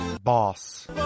boss